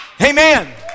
Amen